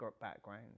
background